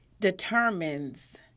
determines